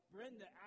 Brenda